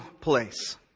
place